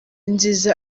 nziza